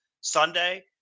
Sunday